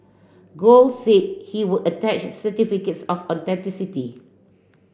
Gold said he would attach certificates of authenticity